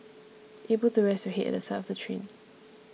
able to rest your head at the side of the train